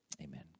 Amen